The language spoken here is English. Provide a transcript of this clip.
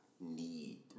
need